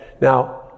Now